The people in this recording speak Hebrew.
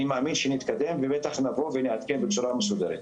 מאמין שנתקדם ובטח נבוא ונעדכן בצורה מסודרת.